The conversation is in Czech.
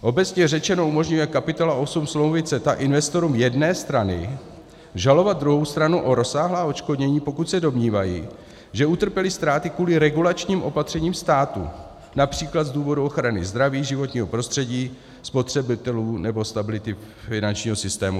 Obecně řečeno, umožňuje kapitola 8 smlouvy CETA investorům jedné strany žalovat druhou stranu o rozsáhlá odškodnění, pokud se domnívají, že utrpěli ztráty kvůli regulačním opatřením státu, například z důvodu ochrany zdraví, životního prostředí, spotřebitelů nebo stability finančního systému.